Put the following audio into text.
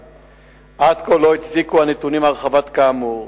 עד כה לא הצדיקו הנתונים הרחבה כאמור.